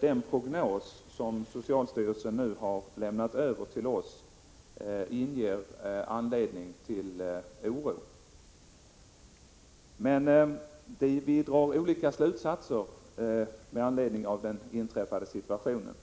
Den prognos som socialstyrelsen nu har lämnat över till oss ger anledning till oro. Men vi drar olika slutsatser med anledning av den situation som uppstått.